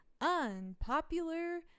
unpopular